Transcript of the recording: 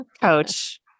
coach